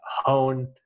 hone